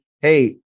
hey